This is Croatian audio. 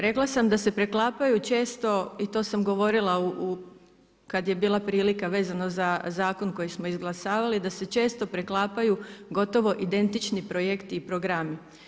Rekla sam da se preklapaju često i to sam govorila kad je bila prilika vezano za zakon koji smo izglasavali, da se često preklapaju gotovo identični projekti i programi.